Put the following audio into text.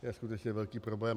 To je skutečně velký problém.